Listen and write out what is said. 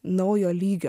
naujo lygio